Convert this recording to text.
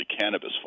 cannabis